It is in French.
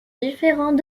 différents